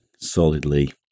solidly